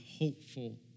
hopeful